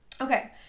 Okay